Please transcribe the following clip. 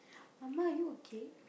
Ah-Ma you okay